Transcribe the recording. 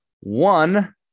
one